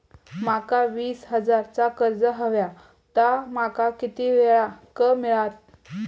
माका वीस हजार चा कर्ज हव्या ता माका किती वेळा क मिळात?